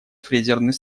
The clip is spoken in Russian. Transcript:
фрезерный